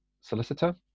solicitor